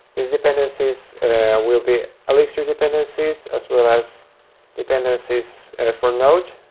these dependencies will be elixir dependencies as well as dependencies and for node,